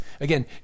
Again